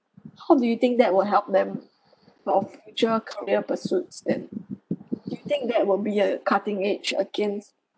how do you think that will help them for our future career pursuits then do you think that will be a cutting edge against